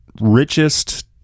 richest